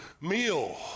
meal